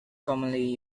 commonly